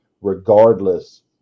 regardless